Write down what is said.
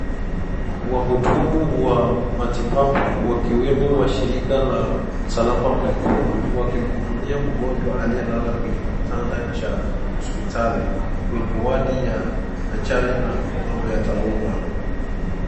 Wahudumu wa matibabu wakiwemo washirika wa msalaba mwekundu wakimhudumia mgonjwa aliyelala kwenye kitanda cha hospitali kwenye wadi ya ajali na mambo ya dharura.